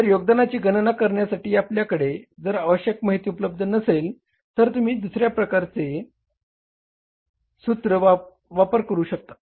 जर योगदानाची गणना करण्यासाठी आपल्याकडे जर आवश्यक माहिती उपलब्ध नसेल तर तुम्ही दुसरया प्रकारचे सूत्र वापरू शकता